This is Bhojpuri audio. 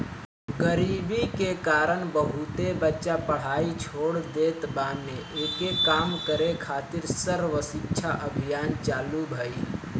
गरीबी के कारण बहुते बच्चा पढ़ाई छोड़ देत बाने, एके कम करे खातिर सर्व शिक्षा अभियान चालु भईल